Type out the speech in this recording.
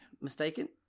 mistaken